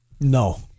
No